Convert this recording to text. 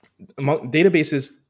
Databases